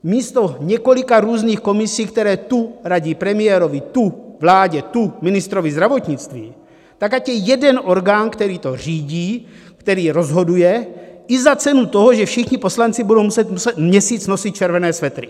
Místo několika různých komisí, které radí tu premiérovi, tu vládě, tu ministrovi zdravotnictví, tak ať je jeden orgán, který to řídí, který rozhoduje, i za cenu toho, že všichni poslanci budou muset měsíc nosit červené svetry.